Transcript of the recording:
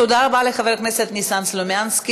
תודה רבה לחבר הכנסת ניסן סלומינסקי.